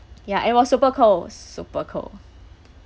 ya it was super cold super cold